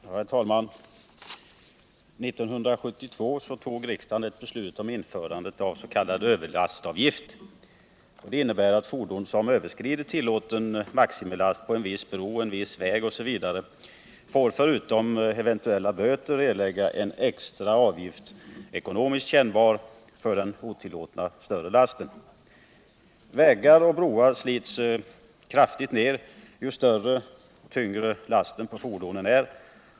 Herr talman! 1972 tog riksdagen ett beslut om införande av s.k. överlastavgift. Det innebär att ägare av fordon med last som överskrider tillåtet maximum på en viss bro, en viss väg osv. förutom eventuella böter som drabbar föraren får erlägga en extra avgift, ekonomiskt kännbar, för den otillåtna större lasten. Vägar och broar slits kraftigare ju större, tyngre lasten på fordon är.